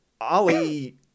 Ali